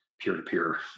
peer-to-peer